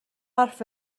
حرف